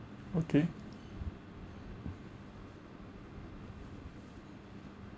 okay